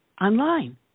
online